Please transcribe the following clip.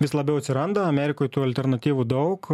vis labiau atsiranda amerikoj tų alternatyvų daug